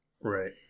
Right